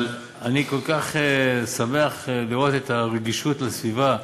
אבל אני כל כך שמח לראות את הרגישות לסביבה.